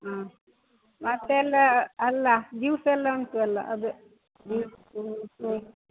ಹ್ಞೂ ಮತ್ತೆಲ್ಲ ಅಲ್ಲ ಜ್ಯೂಸ್ ಎಲ್ಲ ಉಂಟು ಎಲ್ಲ ಅದೇ ಜ್ಯೂಸು